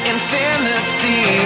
Infinity